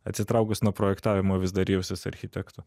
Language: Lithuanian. atsitraukus nuo projektavimo vis dar jausis architektu